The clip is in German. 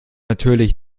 natürlich